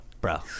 bro